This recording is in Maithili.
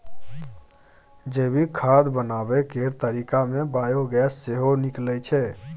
जैविक खाद बनाबै केर तरीका मे बायोगैस सेहो निकलै छै